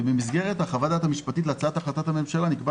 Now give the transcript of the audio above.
ובמסגרת חוות הדעת המשפטית להצעת החלטת הממשלה נקבע